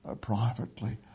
privately